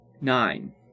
Nine